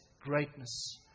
greatness